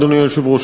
אדוני היושב-ראש,